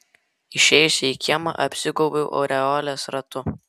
išėjusi į kiemą apsigaubiu aureolės ratu